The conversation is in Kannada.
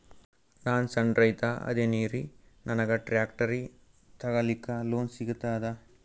ನಾನ್ ಸಣ್ ರೈತ ಅದೇನೀರಿ ನನಗ ಟ್ಟ್ರ್ಯಾಕ್ಟರಿ ತಗಲಿಕ ಲೋನ್ ಸಿಗತದ?